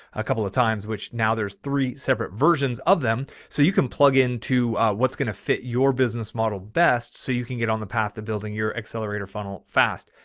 a couple of times, which now there's three separate versions of them. so you can plug into a, what's going to fit your business model best. so you can get on the path to building your accelerator funnel fast.